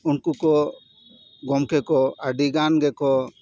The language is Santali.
ᱩᱱᱠᱩ ᱠᱚ ᱜᱚᱢᱠᱮ ᱠᱚ ᱟᱹᱰᱤ ᱜᱟᱱ ᱜᱮᱠᱚ